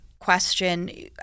question